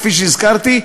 כפי שהזכרתי,